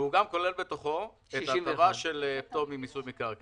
והוא גם כולל בתוכו את ההטבה של פטור ממיסוי מקרקעין.